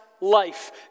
life